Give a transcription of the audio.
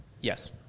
Yes